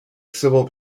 civil